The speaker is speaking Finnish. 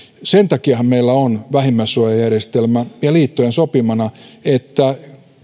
sen takiahan meillä on vähimmäissuojajärjestelmä ja liittojen sopimana että